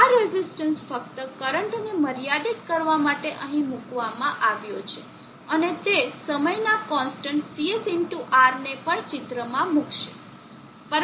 આ રેઝિસ્ટન્સ ફક્ત કરંટને મર્યાદિત કરવા માટે અહીં મૂકવામાં આવ્યો છે અને તે સમયના કોન્સ્ટન્ટ Cs R ને પણ ચિત્ર માં મૂકશે